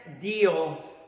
deal